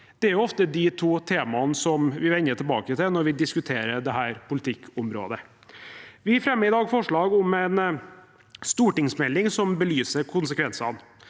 Det er jo ofte de to temaene som vi vender tilbake til når vi diskuterer dette politikkområdet. Vi fremmer i dag forslag om en stortingsmelding som belyser konsekvensene.